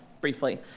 briefly